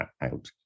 out